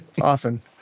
Often